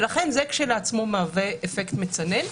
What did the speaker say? ולכן זה כשלעצמו מהווה אפקט מצנן.